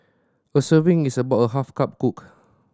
a serving is about a half cup cooked